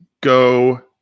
go